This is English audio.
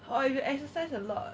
or you exercise a lot